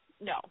No